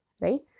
right